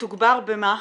נתוגבר במה?